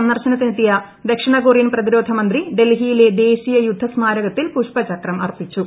സന്ദർശനത്തിനെത്തിയ ്ദക്ഷിണ കൊറിയൻ പ്രതിരോധ മന്ത്രി ഡൽഹിയിലെ ദേശീയ യുദ്ധസ്മാരകത്തിൽ പുഷ്പചക്രം അർപ്പിച്ചു